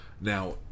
Now